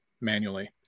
manually